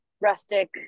rustic